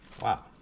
Wow